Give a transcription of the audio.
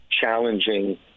challenging